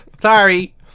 Sorry